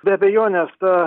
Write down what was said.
be abejonės ta